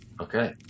okay